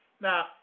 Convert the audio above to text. now